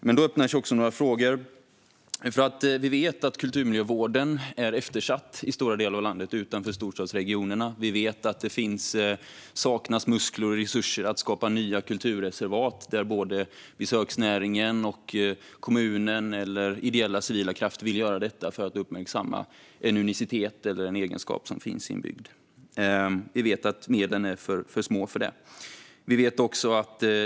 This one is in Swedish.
Men då öppnar sig också några frågor. Vi vet att kulturmiljövården är eftersatt i stora delar av landet utanför storstadsregionerna. Det saknas muskler och resurser att skapa nya kulturreservat där både besöksnäringen och kommunen eller ideella civila krafter vill göra detta för att uppmärksamma en unicitet eller en egenskap som finns inbyggd. Medlen är för små för att göra det.